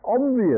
obvious